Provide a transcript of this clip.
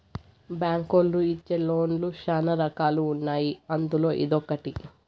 బ్యాంకులోళ్ళు ఇచ్చే లోన్ లు శ్యానా రకాలు ఉన్నాయి అందులో ఇదొకటి